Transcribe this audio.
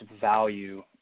value